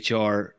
HR